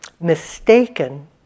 mistaken